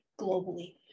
globally